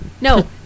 No